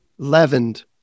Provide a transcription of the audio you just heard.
leavened